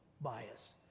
bias